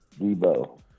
Debo